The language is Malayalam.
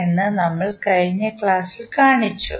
എന്ന് നമ്മൾ കഴിഞ്ഞ ക്ലാസ്സിൽ കാണിച്ചു